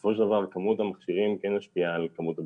בסופו של דבר כמות המכשירים כן משפיעה על כמות הבדיקות.